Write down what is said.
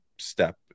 step